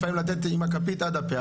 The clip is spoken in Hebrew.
לפעמים לתת עם הכפית עד הפה.